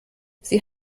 sie